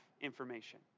information